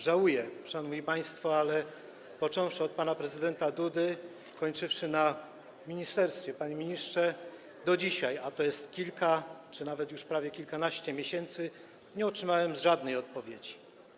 Żałuję, szanowni państwo, ale począwszy od pana prezydenta Dudy, a skończywszy na ministerstwie, panie ministrze, do dzisiaj, a to jest kilka czy nawet już prawie kilkanaście miesięcy, nie otrzymałem żadnej odpowiedzi.